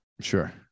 Sure